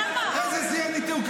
איזה שיאי ניתוק?